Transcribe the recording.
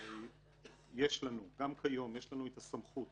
יש לנו את הסמכות